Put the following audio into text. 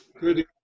Good